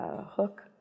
hook